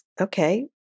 okay